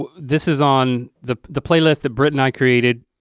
this is on the the playlist that brit and i created,